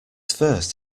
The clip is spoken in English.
first